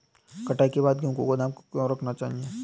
कटाई के बाद गेहूँ को गोदाम में क्यो रखना चाहिए?